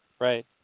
Right